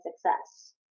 success